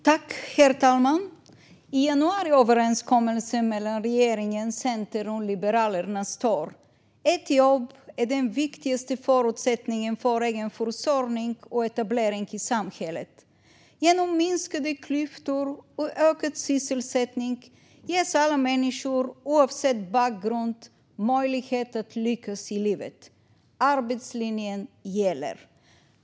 Herr talman! I januariöverenskommelsen mellan regeringen, Centern och Liberalerna står att ett jobb är den viktigaste förutsättningen för egen försörjning och etablering i samhället. Genom minskade klyftor och ökad sysselsättning ges alla människor oavsett bakgrund möjlighet att lyckas i livet. Arbetslinjen gäller.